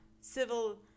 civil